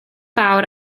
fawr